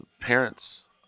parents